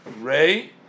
ray